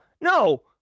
No